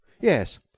Yes